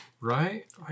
Right